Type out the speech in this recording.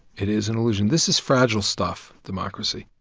it is an illusion. this is fragile stuff, democracy.